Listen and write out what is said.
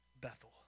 Bethel